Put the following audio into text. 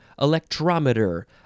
electrometer